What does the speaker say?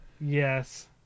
Yes